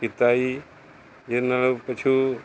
ਕਿੱਤਾ ਜੀ ਜਿਹਦੇ ਨਾਲ ਪਸ਼ੂ